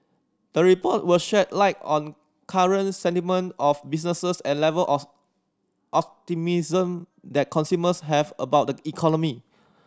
the report will shed light on current sentiment of businesses and level of of optimism that consumers have about the economy